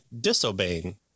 disobeying